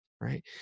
right